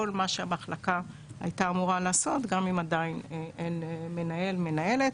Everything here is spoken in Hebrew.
מה שהמחלקה הייתה אמורה לעשות גם אם עדיין אין מנהל או מנהלת